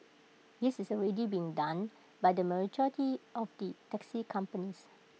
this is already being done by the majority of the taxi companies